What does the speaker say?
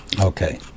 Okay